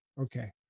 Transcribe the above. Okay